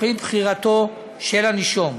לפי בחירתו של הנישום.